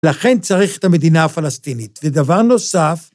לכן צריך את המדינה הפלסטינית. ודבר נוסף,